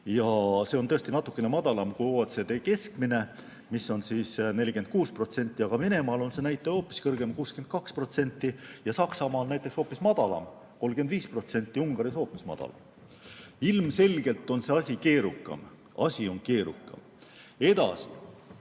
See on tõesti natukene madalam kui OECD keskmine, mis on 46%, aga Venemaal on see näitaja hoopis kõrgem, 62%, ja Saksamaal näiteks hoopis madalam, 35%, Ungaris hoopis madal. Ilmselgelt on see asi keerukam. Edasi.